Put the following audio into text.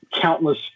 countless